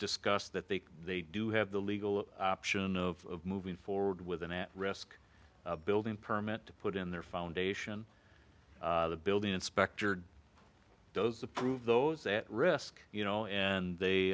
discussed that they they do have the legal option of moving forward with an at risk building permit to put in their foundation the building inspector does the prove those at risk you know and they